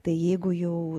tai jeigu jau